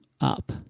up